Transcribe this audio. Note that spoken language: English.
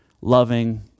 loving